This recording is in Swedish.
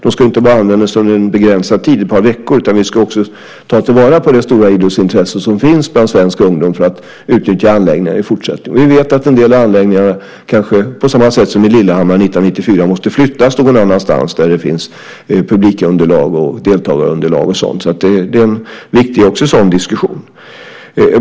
De ska ju inte bara användas under en begränsad tid, ett par veckor, utan vi ska också ta vara på det stora idrottsintresse som finns bland svensk ungdom för att utnyttja anläggningarna i fortsättningen. Vi vet att en del anläggningar kanske, på samma sätt som i Lillehammer 1994, måste flyttas någon annanstans där det finns publikunderlag, deltagarunderlag och sådant. Det är också en viktig diskussion.